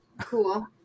Cool